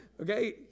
Okay